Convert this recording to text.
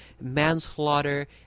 manslaughter